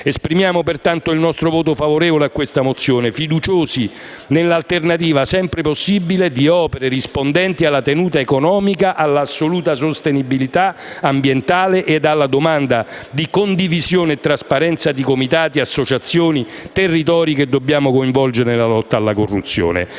Esprimiamo, pertanto, il nostro voto favorevole a questa mozione, fiduciosi nell'alternativa, sempre possibile, di opere rispondenti alla tenuta economica, all'assoluta sostenibilità ambientale e alla domanda di condivisione e trasparenza di comitati, associazioni, territori che dobbiamo coinvolgere nella lotta alla corruzione.